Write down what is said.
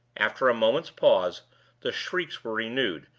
after a moment's pause the shrieks were renewed,